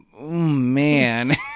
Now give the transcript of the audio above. man